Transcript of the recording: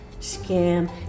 scam